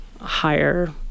higher